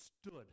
Stood